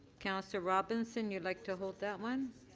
councillor robinson you'd like to hold that one.